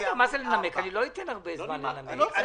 במקום "מלאו לו 18" יבוא "מלאו לו 17" והמילים